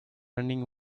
running